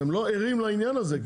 אתם לא ערים על העניין הזה.